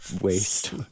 waste